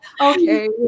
Okay